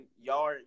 y'all